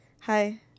hi